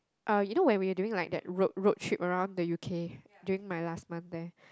uh you know when we were doing like that road road trip around the U_K during my last month there